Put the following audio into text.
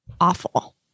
awful